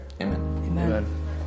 Amen